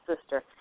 sister